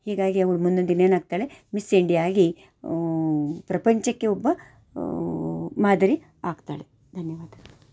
ಹೀಗಾಗಿ ಅವ್ಳು ಮುಂದೊಂದು ದಿನ ಏನಾಗ್ತಾಳೆ ಮಿಸ್ ಇಂಡಿಯಾ ಆಗಿ ಪ್ರಪಂಚಕ್ಕೇ ಒಬ್ಬ ಮಾದರಿ ಆಗ್ತಾಳೆ ಧನ್ಯವಾದ